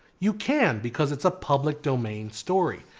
you can because it's a public domain story.